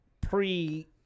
pre